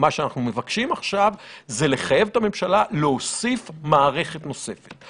מה שאנחנו מבקשים עכשיו הוא לחייב את הממשלה להוסיף מערכת נוספת.